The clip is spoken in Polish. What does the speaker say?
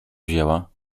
wzięła